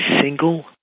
single